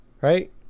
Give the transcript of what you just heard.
right